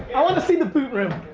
i wanna see the boot room.